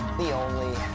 the only.